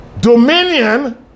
Dominion